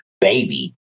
baby